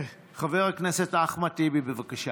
חבר הכנסת אחמד טיבי, בבקשה.